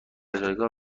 جایگاه